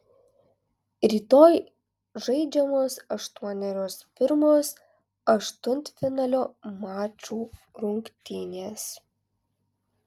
rytoj žaidžiamos aštuonerios pirmos aštuntfinalio mačų rungtynės